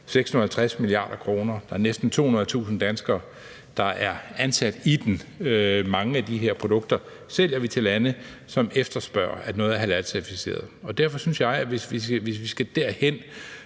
650 mia. kr., og næsten 200.000 danskere er ansat i den. Mange af de her produkter sælger vi til lande, som efterspørger, at noget er halalcertificeret. Og derfor synes jeg, at hvis vi skal derhen,